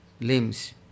limbs